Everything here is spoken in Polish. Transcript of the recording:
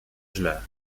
źle